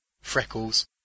freckles